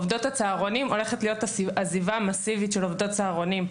הולכת להיות עזיבה מאסיבית של עובדות צהרונים,